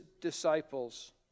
disciples